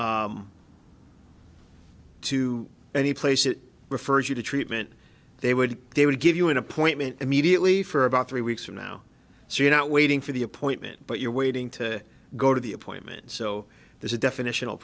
o to anyplace it refers you to treatment they would they would give you an appointment immediately for about three weeks from now so you're not waiting for the appointment but you're waiting to go to the appointments so there's a definition